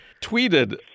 tweeted